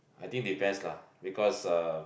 I think depends lah because uh